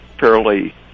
fairly